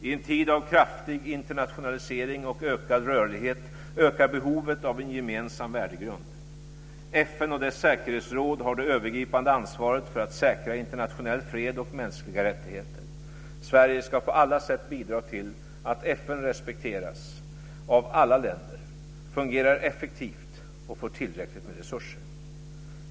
I en tid av kraftig internationalisering och ökad rörlighet ökar behovet av en gemensam värdegrund. FN och dess säkerhetsråd har det övergripande ansvaret för att säkra internationell fred och mänskliga rättigheter. Sverige ska på alla sätt bidra till att FN respekteras av alla länder, fungerar effektivt och får tillräckligt med resurser.